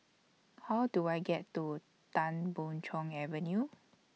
How Do I get to Tan Boon Chong Avenue